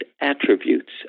attributes